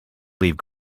leave